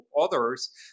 others